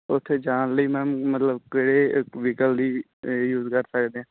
ਉੱਥੇ ਜਾਣ ਲਈ ਮੈਮ ਮਤਲਬ ਕਿਹੜੇ ਅ ਵਹੀਕਲ ਦੀ ਯੂਜ਼ ਕਰ ਸਕਦੇ